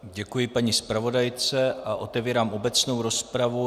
Děkuji paní zpravodajce a otevírám obecnou rozpravu.